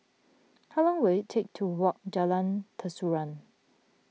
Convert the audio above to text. how long will it take to walk Jalan Terusan